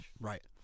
Right